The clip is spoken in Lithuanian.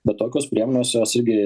bet tokios priemonės jos irgi